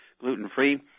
gluten-free